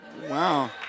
Wow